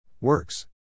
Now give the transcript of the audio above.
Works